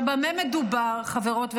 עכשיו, במה מדובר, חברות וחברים?